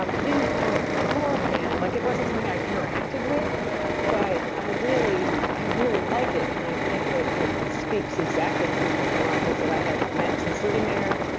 um i didn't know it beforehand, like it wasn't something i interacted with but i really i really like it. and i think that it speaks exactly to the vermonters that i have met since living there,